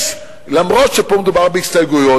למרות שפה מדובר בהסתייגויות,